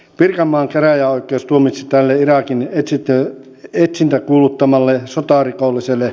pirkanmaan käräjäoikeus tuomitsi tälle irakin etsintäkuuluttamalle sotarikolliselle ehdollista